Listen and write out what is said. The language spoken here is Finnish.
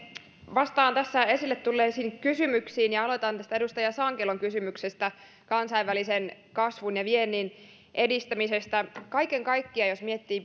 vastaan tässä esille tulleisiin kysymyksiin ja aloitan edustaja sankelon kysymyksestä kansainvälisen kasvun ja viennin edistämisestä kaiken kaikkiaan jos miettii